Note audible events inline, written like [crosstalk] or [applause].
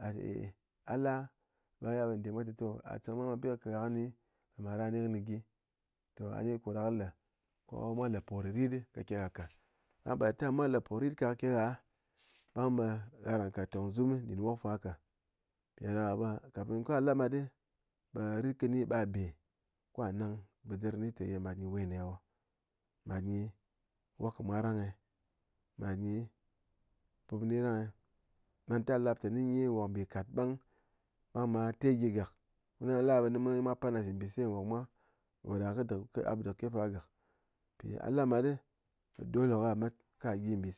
gha té eh eh a la ɓe ya ɓe nde mwa té a chɨng ɓang ɓe bi kɨ kat gha kɨ nyi [unintelligible] nyi gyi, toh a ni koɗa kɨ le ko mwa le po ritrit ka ke gha ka, ɗang by the time mwa la po rit ka ke gha ɓang ɓe gha ran kat tong zum dɨn wok fa ka, mpiɗáɗaka ɓe kafin ka la mat ɓe ritkɨni ɓa be, ko gha nang ɓɨɗɨr nyi té mat nyi we ne wo, mat nyi wok mwa rang eh wo mat nyi pup nyi rang eh manta lap tɨné nyi gombikat ɓang, ɓang ɓa te gyi gak ko ya la ɓe mwa pan a shi nbise nwok mwa, koɗa a po dɨk ke fa gak, mpiye a la mat ɗole ka mat ka gyi mbise.